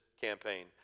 campaign